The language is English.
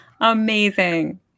Amazing